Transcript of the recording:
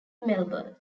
melbourne